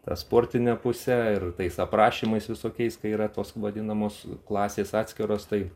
ta sportine puse ir tais aprašymais visokiais kai yra tos vadinamos klasės atskiros tai